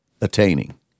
attaining